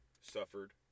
suffered